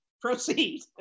proceed